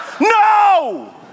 No